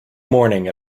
morning